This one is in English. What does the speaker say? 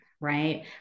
right